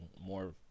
more